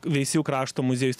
veisiejų krašto muziejus